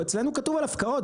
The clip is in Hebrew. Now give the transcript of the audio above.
אצלנו כתוב על הפקעות,